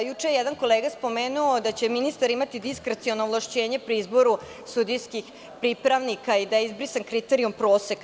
Juče je jedan kolega spomenuo da će ministar imati diskreciono ovlašćenje pri izboru sudijskih pripravnika i da je izbrisan kriterijum proseka.